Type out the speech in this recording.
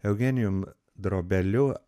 eugenijum drobeliu